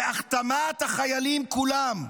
להכתמת החיילים כולם,